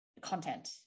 content